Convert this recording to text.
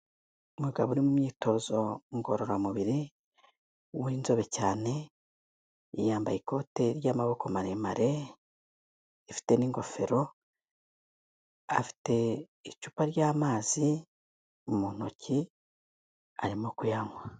Umugabo uri mu myitozo ngororamubiri w'inzobe cyane, yambaye ikote ry'amaboko maremare rifite n'ingofero, afite icupa ry'amazi mu ntoki arimo kuyanywa.